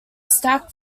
stack